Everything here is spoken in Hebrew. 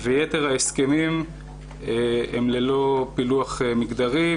ויתר ההסכמים הם ללא פילוח מגדרי,